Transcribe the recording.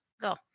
Go